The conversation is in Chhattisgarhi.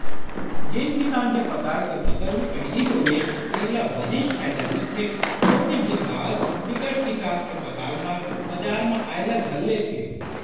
जेन किसान के पताल के फसल ह पहिली होगे तेन ल बनेच फायदा मिलथे थोकिन दिन बाद बिकट किसान के पताल ह बजार म आए ल धर लेथे